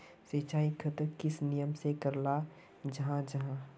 सिंचाई खेतोक किस नियम से कराल जाहा जाहा?